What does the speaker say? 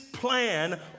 plan